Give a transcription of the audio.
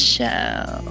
Show